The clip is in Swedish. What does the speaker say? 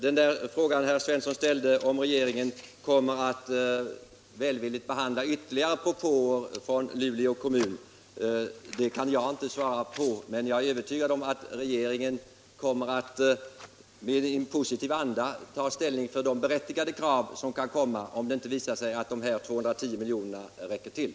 Den fråga herr Svensson ställde, om regeringen kommer att välvilligt behandla ytterligare propåer från Luleå kommun, kan jag inte svara på. Men jag är övertygad om att regeringen kommer att i positiv anda ta ställning till de berättigade krav som kan komma, om det visar sig att de 210 miljonerna inte räcker till.